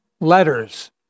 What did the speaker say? letters